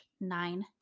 nine